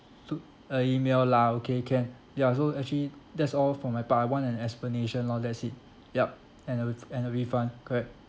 to a email lah okay can ya so actually that's all for my part I want an explanation loh that's it yup and a ref~ and a refund correct